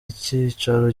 icyicaro